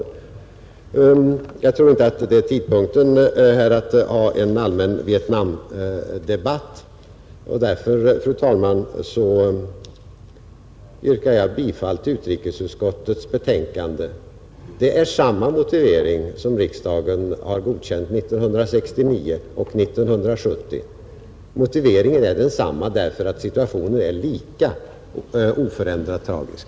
Jag tror inte att detta är den rätta tidpunkten att ha en allmän Vietnamdebatt. Därför, fru talman, yrkar jag bifall till utrikesutskottets hemställan, Den innehåller samma motivering som riksdagen godkände 1969 och 1970. Motiveringen är densamma därför att situationen är likadan — oförändrat tragisk.